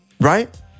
right